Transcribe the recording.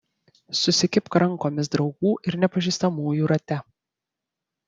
susikibk rankomis draugų ir nepažįstamųjų rate